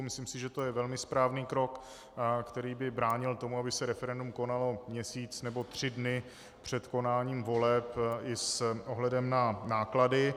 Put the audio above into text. Myslím si, že to je velmi správný krok, který by bránil tomu, aby se referendum konalo měsíc nebo tři dny před konáním voleb, i s ohledem na náklady.